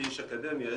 כאיש אקדמיה,